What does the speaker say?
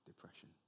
depression